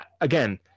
again